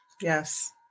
Yes